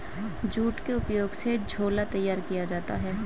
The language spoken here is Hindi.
जूट के उपयोग से झोला तैयार किया जाता है